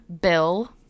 Bill